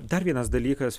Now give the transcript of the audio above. dar vienas dalykas